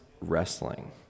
wrestling